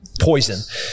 poison